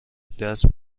دست